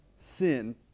sin